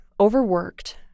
overworked